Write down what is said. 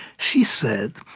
she said,